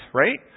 right